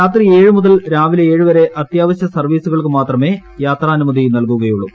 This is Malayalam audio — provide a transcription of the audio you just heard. രാത്രി എഴ് മുതൽ രാവില്ലെ ഏഴ് വരെ അത്യാവശ്യ സർവ്വീസുകൾക്ക് മാത്രമെ യ്ാത്രാനുമതി നൽകുകയുള്ളു